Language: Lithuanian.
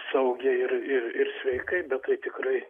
saugiai ir ir ir sveikai bet tai tikrai